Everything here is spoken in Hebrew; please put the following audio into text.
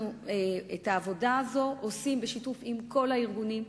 את העבודה הזאת אנחנו עושים בשיתוף עם כל הארגונים,